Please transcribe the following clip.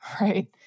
right